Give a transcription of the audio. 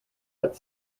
but